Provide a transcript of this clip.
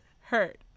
hurt